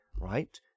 right